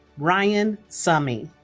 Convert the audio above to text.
ryan summy